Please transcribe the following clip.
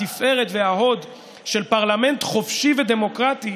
התפארת וההוד של פרלמנט חופשי ודמוקרטי,